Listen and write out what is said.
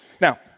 Now